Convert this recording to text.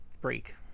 break